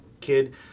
kid